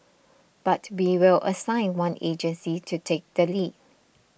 but we will assign one agency to take the lead